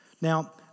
Now